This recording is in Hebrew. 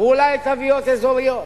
ואולי תוויות אזוריות.